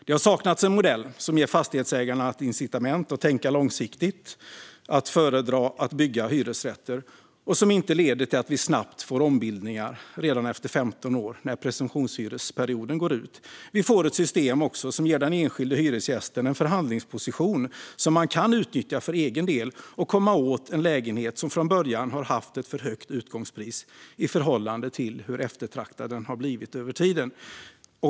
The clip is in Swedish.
Det har saknats en modell som ger fastighetsägarna incitament att tänka långsiktigt och föredra att bygga hyresrätter och som inte leder till att vi snabbt får ombildningar redan efter 15 år då presumtionshyresperioden går ut. Vi får ett system som ger den enskilde hyresgästen en förhandlingsposition som man kan utnyttja för egen del och komma åt en lägenhet som från början haft ett för högt utgångspris i förhållande till hur eftertraktad den har blivit över tiden.